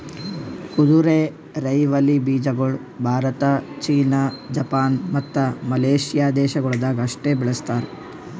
ಕುದುರೆರೈವಲಿ ಬೀಜಗೊಳ್ Bharat, China, Japan, ಮತ್ತ ಮಲೇಷ್ಯಾ ದೇಶಗೊಳ್ದಾಗ್ ಅಷ್ಟೆ ಬೆಳಸ್ತಾರ್